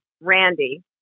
randy